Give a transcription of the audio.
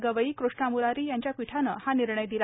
गवई कृष्णा म्रारी यांच्या पीठानं हा निर्णय दिला